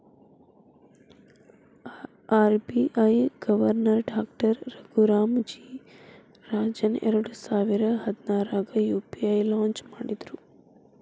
RBI governor doctor Raghuram G Rajan ಎರಡಸಾವಿರ ಹದ್ನಾರಾಗ UPI launch ಮಾಡಿದ್ರು